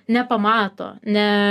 nepamato ne